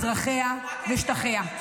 אזרחיה ושטחיה.